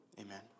Amen